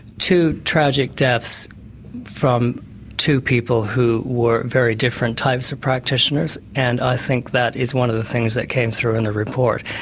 two tragic deaths from two people who were very different types of practitioners, and i think that is one of the things that came through in the report.